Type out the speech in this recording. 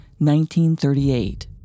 1938